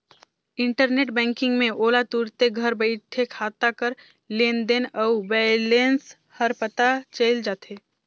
internet banking में ओला तुरते घर बइठे खाता कर लेन देन अउ बैलेंस हर पता चइल जाथे